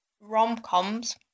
rom-coms